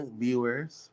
viewers